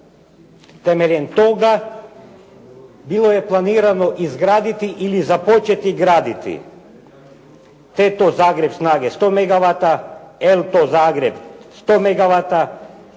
Temeljem toga bilo je planirano izgraditi ili započeti graditi TE TO Zagreb snage 100 megavata, LTO Zagreb 100